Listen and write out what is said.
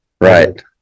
Right